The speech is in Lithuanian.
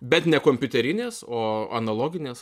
bet ne kompiuterinės o analoginės